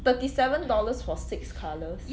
thirty seven dollars for six colours